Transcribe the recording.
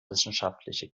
wissenschaftliche